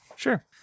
Sure